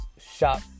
shop